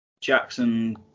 Jackson